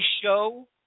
Show